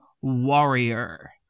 warrior